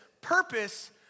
Purpose